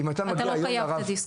אתה לא חייב את הדיסק.